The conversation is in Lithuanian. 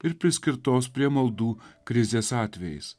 ir priskirtos prie maldų krizės atvejais